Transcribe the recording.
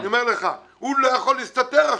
הוא לא יכול להסתתר עכשיו,